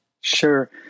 Sure